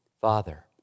Father